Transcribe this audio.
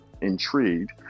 intrigued